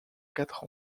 quatre